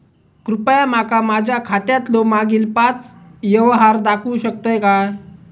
कृपया माका माझ्या खात्यातलो मागील पाच यव्हहार दाखवु शकतय काय?